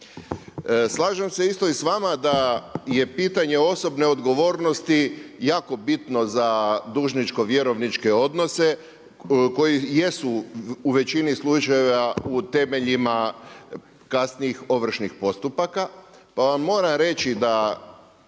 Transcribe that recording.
Slažem se isto i sa vama da je pitanje osobne odgovornosti jako bitno za dužničko-vjerovničke odnose koji jesu u većini slučajeva u temeljima kasnijih ovršnih postupaka,